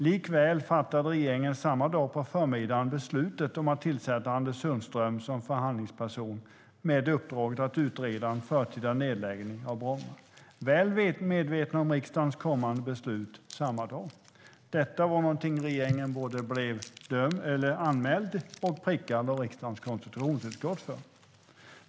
Likväl fattade regeringen samma dag på förmiddagen beslutet om att tillsätta Anders Sundström som förhandlingsperson med uppdraget att utreda en förtida nedläggning av Bromma - väl medveten om riksdagens kommande beslut samma dag. Detta var något regeringen blev både anmäld till och prickad för av riksdagens konstitutionsutskott.